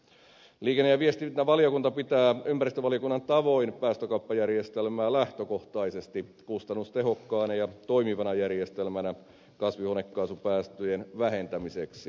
liikenne ja viestintävaliokunta pitää ympäristövaliokunnan tavoin päästökauppajärjestelmää lähtökohtaisesti kustannustehokkaana ja toimivana järjestelmänä kasvihuonekaasupäästöjen vähentämiseksi